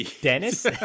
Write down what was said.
Dennis